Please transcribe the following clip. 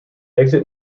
exit